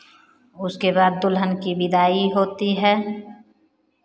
उसके बाद दुल्हन की विदाई होती है